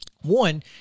One